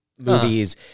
movies